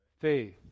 faith